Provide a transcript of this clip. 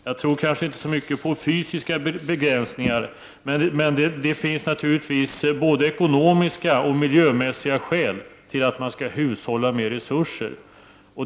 Jag tror kanske inte så mycket på fysiska begränsningar, men det finns naturligtvis både ekonomiska och miljömässiga skäl till att hushålla med resurser.